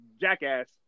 jackass